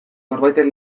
norbaitek